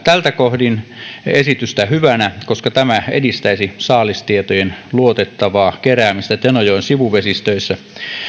tältä kohdin esitystä hyvänä koska tämä edistäisi saalistietojen luotettavaa keräämistä tenojoen sivuvesistöissä